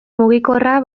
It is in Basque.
mugikorra